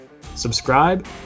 Subscribe